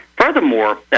Furthermore